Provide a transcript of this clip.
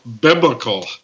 biblical